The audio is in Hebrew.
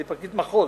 כפרקליט מחוז,